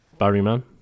Barryman